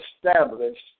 established